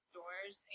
doors